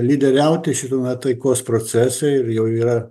lyderiauti šitame taikos procese ir jau yra